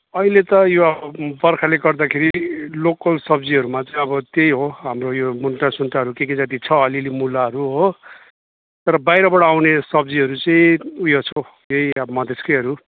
अहिले त यो बर्खाले गर्दाखेरि लोकल सब्जीहरूमा चाहिँ अब त्यही हो हाम्रो यो मुन्टासुन्टाहरू के के जति छ अलिअलि मुलाहरू हो तर बाहिरबाट आउने सब्जीहरू चाहिँ उयो छ हौ यही अब मधेसकैहरू